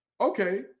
Okay